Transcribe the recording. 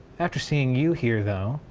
after seeing you here though,